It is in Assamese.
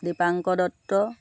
দীপাংকৰ দত্ত